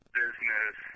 business